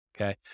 okay